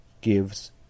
gives